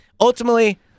ultimately—